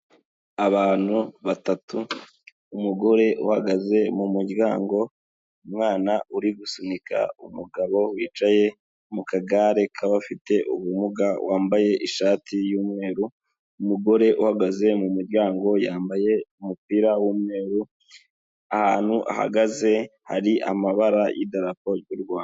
Abantu batatu umugore uhagaze mu muryango, umwana uri gusunika umugabo wicaye mu kagare k'abafite ubumuga wambaye ishati y'umweru, umugore uhagaze mu muryango yambaye umupira w'umweru, ahantu ahagaze hari amabara y'idarapo ry'u Rwanda.